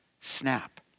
snap